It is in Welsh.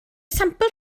sampl